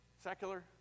Secular